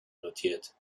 notiert